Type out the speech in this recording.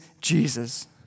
Jesus